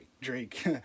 Drake